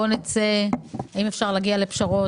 האם אפשר להגיע לפשרות?